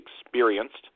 experienced